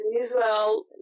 Israel